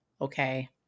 okay